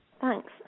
Thanks